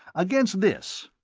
against this,